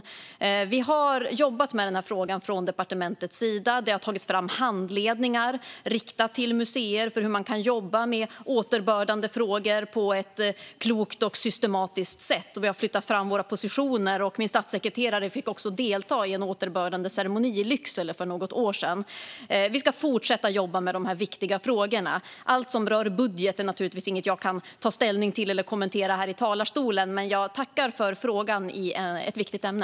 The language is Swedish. Departementet har jobbat med denna fråga, och det har tagits fram handledningar riktade till museer för hur man kan jobba med återbördandefrågor på ett klokt och systematiskt sätt. Vi har flyttat fram våra positioner, och min statssekreterare fick också delta i en återbördandeceremoni i Lycksele för något år sedan. Vi ska fortsätta att jobba med dessa viktiga frågor. Allt som rör budget kan jag givetvis inte ta ställning till eller kommentera här i talarstolen, men jag tackar för frågan i ett viktigt ämne.